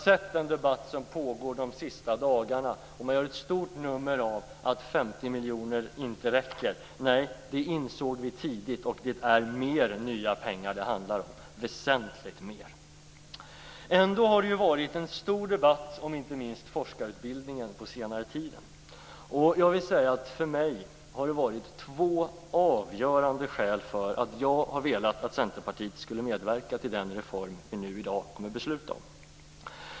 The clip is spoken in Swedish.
I den debatt som pågått under de senaste dagarna har man gjort ett stort nummer av att 50 miljoner inte räcker. Nej, det insåg vi tidigt, och det handlar därför om mer nya pengar, om väsentligt mer. Det har ändå under senare tid pågått en stor debatt inte minst om forskarutbildningen. Det har funnits två avgörande skäl till att jag har velat att Centerpartiet skall medverka till den reform som vi i dag kommer att besluta om.